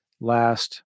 last